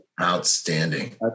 Outstanding